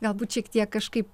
galbūt šiek tiek kažkaip